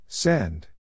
Send